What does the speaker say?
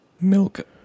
milk